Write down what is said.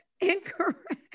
Incorrect